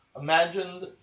Imagine